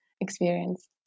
experience